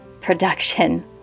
production